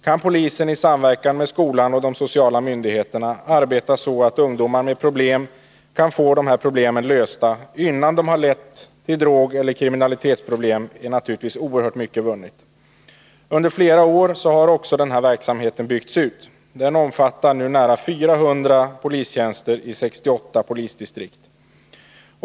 Kan polisen i samverkan med skolan och de sociala myndigheterna arbeta så att ungdomar med problem kan få dessa problem lösta, innan de lett till drogeller kriminalitetsproblem, är naturligtvis oerhört mycket vunnet. Under flera år har denna verksamhet byggts ut. Den omfattar nu nära 400 polistjänster i 68 polisdistrikt.